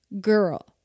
Girl